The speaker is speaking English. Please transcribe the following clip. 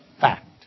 fact